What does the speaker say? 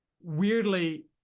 weirdly